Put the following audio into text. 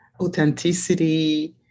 authenticity